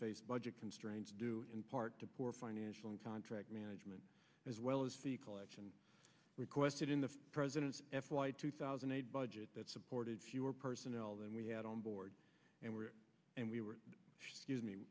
face budget constraints due in part to poor financial and contract management as well as the collection requested in the president's f y two thousand aid budget that supported fewer personnel than we had on board and were and we were